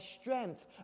strength